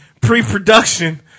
pre-production